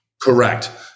Correct